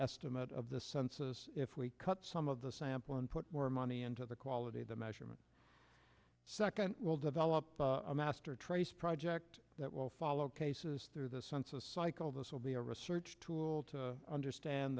estimate of the census if we cut some of the sample and put more money into the quality of the measurement second we'll develop a master trace project that will follow cases through the census cycle this will be a research tool to understand